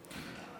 נתקבלה.